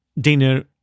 dinner